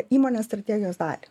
įmonės strategijos dalį